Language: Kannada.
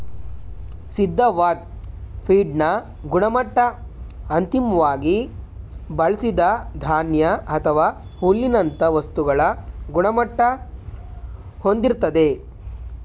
ಸಿದ್ಧವಾದ್ ಫೀಡ್ನ ಗುಣಮಟ್ಟ ಅಂತಿಮ್ವಾಗಿ ಬಳ್ಸಿದ ಧಾನ್ಯ ಅಥವಾ ಹುಲ್ಲಿನಂತ ವಸ್ತುಗಳ ಗುಣಮಟ್ಟ ಹೊಂದಿರ್ತದೆ